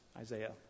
Isaiah